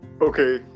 Okay